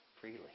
freely